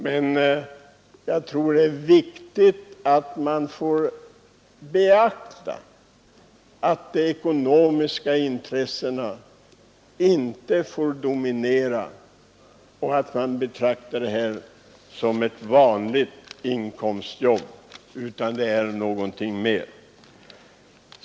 Men det måste beaktas att de ekonomiska intressena inte får dominera, och man får inte betrakta riksdagsmannauppdraget som ett vanligt inkomstjobb — det är någonting mer.